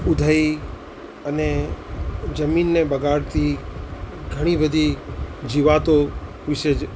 ઉધઈ અને જમીનને બગાડતી ઘણી બધી જીવાતો વિશે જ